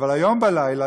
אבל היום בלילה,